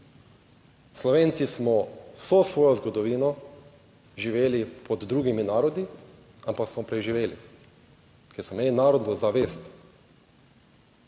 Slovenci smo vso svojo zgodovino živeli pod drugimi narodi, ampak smo preživeli, ker smo imeli narodno zavest